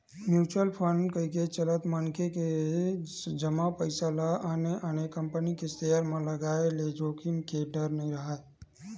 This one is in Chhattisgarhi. म्युचुअल फंड कके चलत मनखे के जमा पइसा ल आने आने कंपनी के सेयर म लगाय ले जोखिम के डर नइ राहय